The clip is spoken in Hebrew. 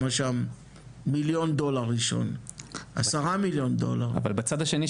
הכשרנו 2500 עובדים חדשים לאזורים האלה.